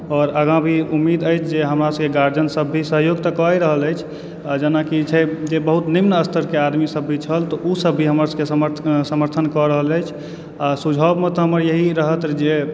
आओर आगा भी उम्मीद अछि जे हमरा सभके गार्जियन सभ भी सहयोग तऽ कए रहल अछि आ जेनाकि छै जे बहुत निम्न स्तरके आदमी सभ भी छल तऽ ओ सभ भी हमर सभके समर्थन कऽ रहल अछि आ सुझाउमे तऽ मे एहि रहत जे